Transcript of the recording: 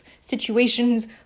situations